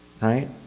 right